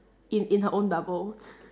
in in her own bubble